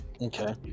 Okay